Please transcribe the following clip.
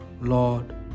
Lord